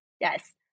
Yes